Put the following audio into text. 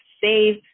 save